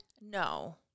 no